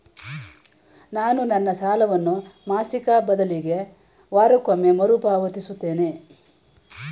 ನಾನು ನನ್ನ ಸಾಲವನ್ನು ಮಾಸಿಕ ಬದಲಿಗೆ ವಾರಕ್ಕೊಮ್ಮೆ ಮರುಪಾವತಿಸುತ್ತಿದ್ದೇನೆ